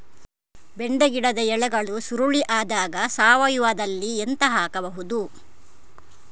ಬೆಂಡೆ ಗಿಡದ ಎಲೆಗಳು ಸುರುಳಿ ಆದಾಗ ಸಾವಯವದಲ್ಲಿ ಎಂತ ಹಾಕಬಹುದು?